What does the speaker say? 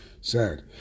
sad